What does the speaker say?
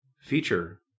feature